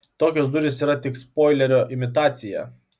tokios durys yra tik spoilerio imitacija